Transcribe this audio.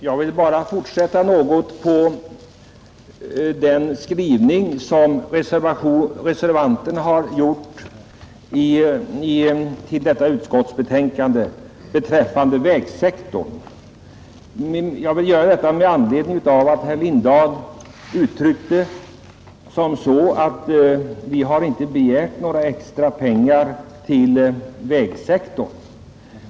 Herr talman! Jag vill bara läsa upp fortsättningen av reservanternas skrivning i detta utskottsbetänkande beträffande vägstandarden, och jag gör det med anledning av att herr Lindahl sade att vi inte begärt några extra pengar till vägsektorn.